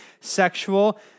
sexual